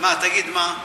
תגיד מה?